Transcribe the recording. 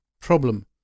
problem